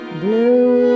blue